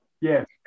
Yes